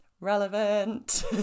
relevant